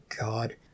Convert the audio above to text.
god